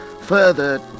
further